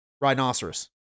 rhinoceros